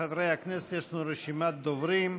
חברי הכנסת, יש לנו רשימת דוברים.